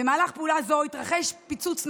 במהלך פעולה זו התרחש פיצוץ נוסף,